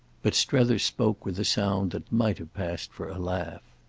but strether spoke with a sound that might have passed for a laugh.